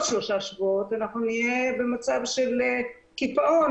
על המאגר הביומטרי עשו פיילוט ובהתחלה,